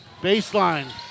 Baseline